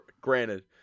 Granted